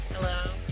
Hello